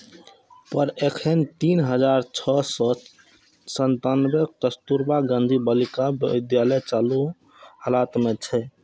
पर एखन तीन हजार छह सय सत्तानबे कस्तुरबा गांधी बालिका विद्यालय चालू हालत मे छै